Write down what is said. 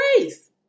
grace